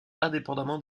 indépendamment